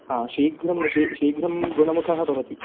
हा शीघ्रं शि शीघ्रं गुणमुखः भवति